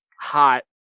hot